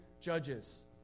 Judges